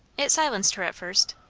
it silenced her at first.